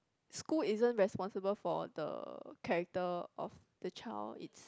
school isn't responsible for the character of the child it's